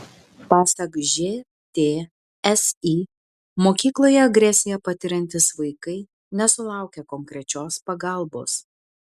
pasak žtsi mokykloje agresiją patiriantys vaikai nesulaukia konkrečios pagalbos